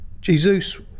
Jesus